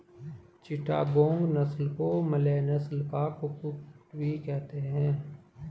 चिटागोंग नस्ल को मलय नस्ल का कुक्कुट भी कहते हैं